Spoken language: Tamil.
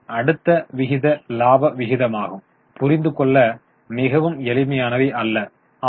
அடுத்த விகிதம் லாப விகிதமாகும் புரிந்து கொள்ள மிகவும் எளிமையானவை ஆகும்